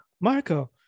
Marco